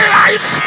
life